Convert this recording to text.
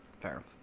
fair